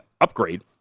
upgrade